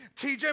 TJ